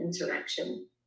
interaction